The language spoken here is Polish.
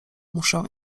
muszę